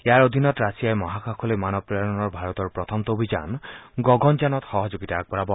ইয়াৰ অধীনত ৰাছিয়াই মহাকাশলৈ মানৱ প্ৰেৰণৰ ভাৰতৰ প্ৰথমটো অভিযান গগনযানত সহযোগিতা আগবঢ়াব